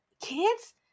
Kids